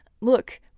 look